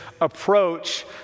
approach